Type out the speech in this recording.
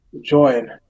join